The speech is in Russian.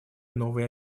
новые